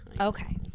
Okay